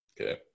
Okay